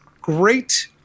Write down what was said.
great